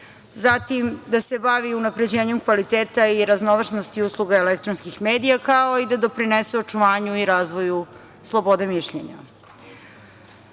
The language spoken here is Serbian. da se bavi unapređenjem kvaliteta i raznovrsnosti usluga elektronskih medija, kao i da doprinese očuvanju i razvoju slobode mišljenja.